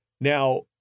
Now